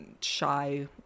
shy